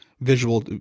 visual